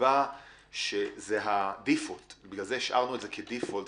השארנו את זה כברירת מחדל.